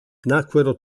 nacquero